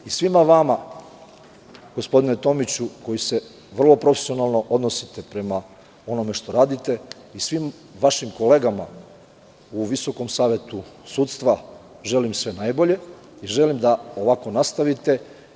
Svima vama, gospodine Tomiću, koji se vrlo profesionalno odnosite prema onome što radite i svim vašim kolegama u Visokom savetu sudstva, želim sve najbolje i želim da ovako nastavite.